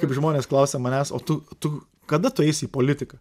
kaip žmonės klausia manęs o tu tu kada tu eisi į politiką